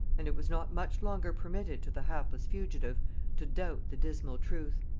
and it was not much longer permitted to the hapless fugitive to doubt the dismal truth,